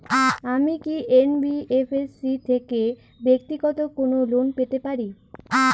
আমি কি এন.বি.এফ.এস.সি থেকে ব্যাক্তিগত কোনো লোন পেতে পারি?